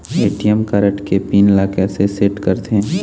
ATM card के pin ला कैसे सेट करथे?